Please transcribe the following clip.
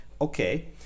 Okay